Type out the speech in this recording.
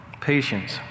patience